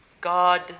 God